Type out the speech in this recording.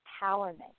empowerment